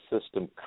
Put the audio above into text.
system